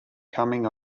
coming